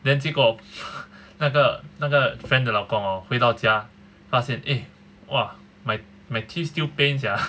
then 结果那个那个 friend 的老公回到家发现 eh !wah! my my teeth still pain sia